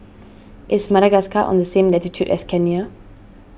is Madagascar on the same latitude as Kenya